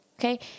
Okay